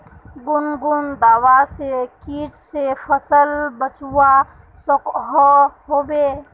कुन कुन दवा से किट से फसल बचवा सकोहो होबे?